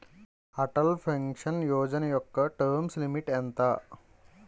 Atal pension Yojana యెక్క term limit ఎంత?